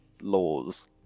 laws